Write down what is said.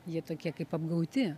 jie tokie kaip apgauti